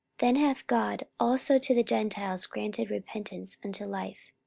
then hath god also to the gentiles granted repentance unto life.